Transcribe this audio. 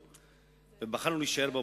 ובבלו על הסיגריות,